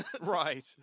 Right